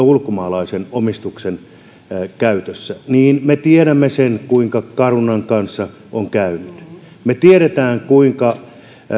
ulkomaalaisen omistuksen käytössä niin me tiedämme sen kuinka carunan kanssa on käynyt me tiedämme kuinka